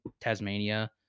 Tasmania